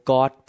God